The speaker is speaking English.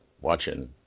watching